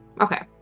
Okay